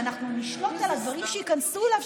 שאנחנו נשלוט על הדברים שייכנסו אליו,